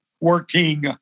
working